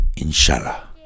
Inshallah